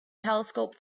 telescope